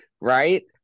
right